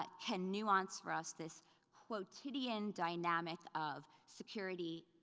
but can nuance for us this quotidian dynamic of security,